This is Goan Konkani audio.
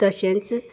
तशेंच